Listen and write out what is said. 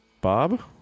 Bob